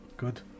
Good